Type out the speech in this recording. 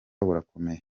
burakomeye